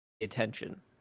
attention